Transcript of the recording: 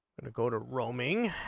and go to romania